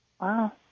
Wow